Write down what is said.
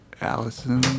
allison